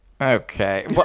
Okay